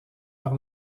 par